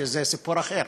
שזה סיפור אחר,